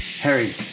Harry